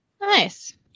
Nice